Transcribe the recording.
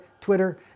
Twitter